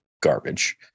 garbage